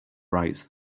writes